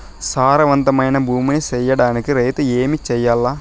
సారవంతమైన భూమి నీ సేయడానికి రైతుగా ఏమి చెయల్ల?